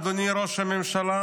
אדוני ראש הממשלה,